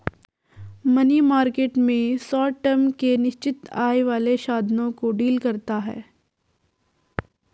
money market में short term के निश्चित आय वाले साधनों को डील करता है